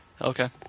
Okay